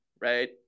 right